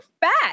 back